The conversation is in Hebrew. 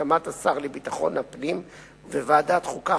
בהסכמת השר לביטחון הפנים וועדת החוקה,